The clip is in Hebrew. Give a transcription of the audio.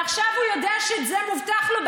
ועכשיו הוא יודע שזה מובטח לו,